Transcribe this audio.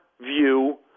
view